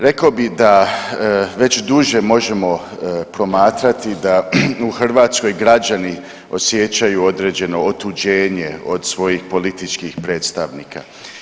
Rekao bih da već duže možemo promatrati da u Hrvatskoj građani osjećaju određeno otuđene od svojih političkih predstavnika.